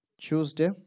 Tuesday